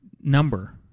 number